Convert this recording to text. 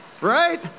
Right